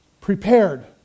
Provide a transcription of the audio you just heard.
prepared